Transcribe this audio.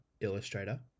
illustrator